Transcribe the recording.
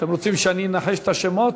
אתם רוצים שאני אנחש את השמות?